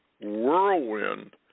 whirlwind